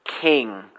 king